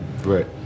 Right